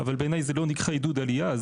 אבל בעיניי זה לא נקרא עידוד עלייה.